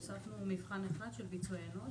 הוספנו מבחן אחד של ביצועי אנוש